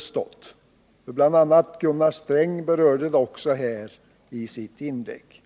stått — bl.a. Gunnar Sträng berörde det här i sitt inlägg.